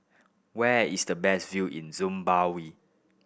where is the best view in Zimbabwe